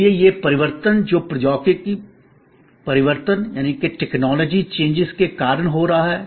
इसलिए यह परिवर्तन जो प्रौद्योगिकी परिवर्तन टेक्नोलॉजी चेंज technology changes के कारण हो रहा है